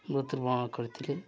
ମୃତ୍ୟୁବରଣ କରିଥିଲେ